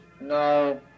No